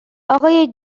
آقای